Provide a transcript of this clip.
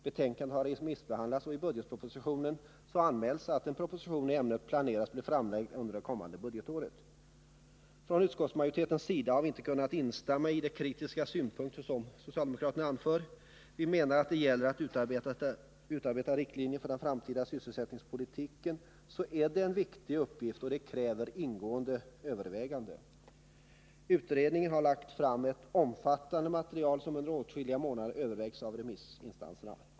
Betänkandet har remissbehandlats, och i budgetpropositionen anmäls att en proposition i ämnet planeras bli framlagd under det kommande budgetåret. Från utskottsmajoritetens sida har vi inte kunnat instämma i de kritiska synpunkter som socialdemokraterna anför. Vi menar att ett utarbetande av riktlinjer för den framtida sysselsättningspolitiken är en viktig uppgift som kräver ingående överväganden. Utredningen har lagt fram ett omfattande material som under åtskilliga månader övervägts av remissinstanserna.